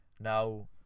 Now